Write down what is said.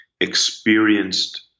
experienced